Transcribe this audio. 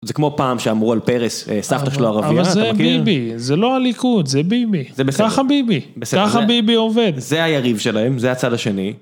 זה כמו פעם שאמרו על פרס סבתא שלו ערבייה, אבל זה ביבי, זה לא הליכוד, זה ביבי, ככה ביבי, ככה ביבי עובד, זה היריב שלהם, זה הצד השני.